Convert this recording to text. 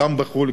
גם בחו"ל,